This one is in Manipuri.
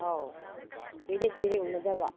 ꯑꯧ ꯀꯨꯏꯔꯦ ꯀꯨꯏꯔꯦ ꯎꯅꯗꯕ